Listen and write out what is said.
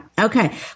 Okay